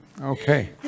Okay